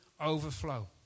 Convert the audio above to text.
overflow